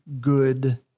good